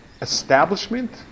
establishment